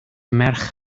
merch